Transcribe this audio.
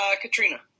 Katrina